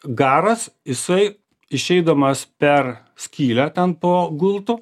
garas jisai išeidamas per skylę ten po gultu